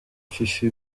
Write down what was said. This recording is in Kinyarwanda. fifi